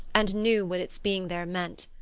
and knew what its being there meant.